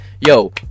Yo